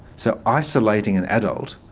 so isolating an adult,